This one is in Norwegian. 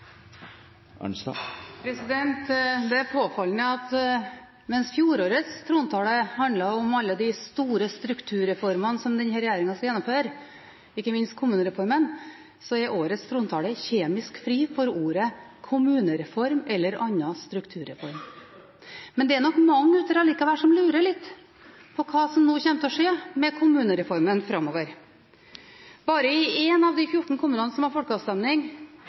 Det er påfallende at mens fjorårets trontale handlet om alle de store strukturreformene som denne regjeringen skal gjennomføre, ikke minst kommunereformen, er årets trontale kjemisk fri for ordet «kommunereform» eller annen strukturreform. Men det er nok mange ute der likevel som lurer litt på hva som nå kommer til å skje med kommunereformen framover. Bare i én av de 14 kommunene som hadde folkeavstemning